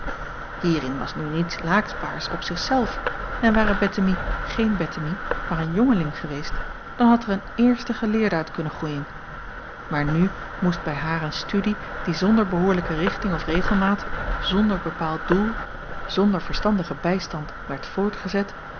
hierin was nu niets laakbaars op zich zelf en ware bettemie geen bettemie maar een jongeling geweest dan had er een eerste geleerde uit kunnen groeien maar nu moest bij haar een studie die zonder behoorlijke richting of regelmaat zonder bepaald doel zonder verstandigen bijstand werd voortgezet